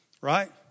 right